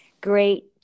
great